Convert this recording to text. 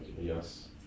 yes